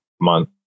month